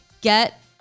Get